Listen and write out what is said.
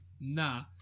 Nah